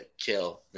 kill